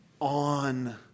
on